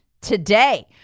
today